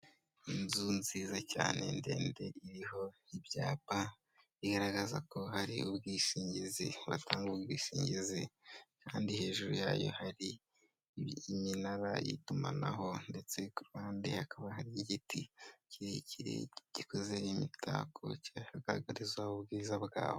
Inzu nziza cyane ndende iriho ibyapa igaragaza ko hari ubwishingizi batanga. Batanga ubwishingizi, Kandi hejuru yayo hari iminara y’itumanaho, ndetse ku ruhande hakaba hari igiti kirekire gikoze imitako kigaragariza ubwiza bwabo.